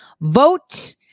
vote